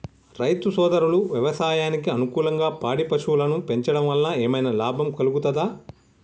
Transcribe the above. రైతు సోదరులు వ్యవసాయానికి అనుకూలంగా పాడి పశువులను పెంచడం వల్ల ఏమన్నా లాభం కలుగుతదా?